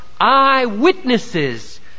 eyewitnesses